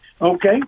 Okay